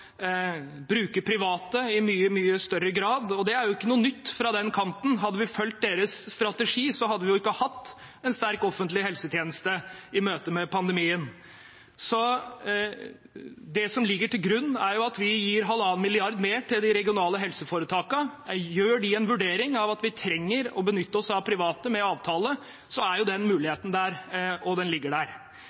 private i mye, mye større grad. Det er jo ikke noe nytt fra den kanten – hadde vi fulgt deres strategi, hadde vi ikke hatt en sterk offentlig helsetjeneste i møtet med pandemien. Det som ligger til grunn, er at vi gir halvannen milliard mer til de regionale helseforetakene. Gjør de en vurdering av at vi trenger å benytte oss av private med avtale, ligger den muligheten der.